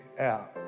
out